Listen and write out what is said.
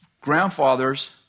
grandfather's